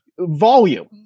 volume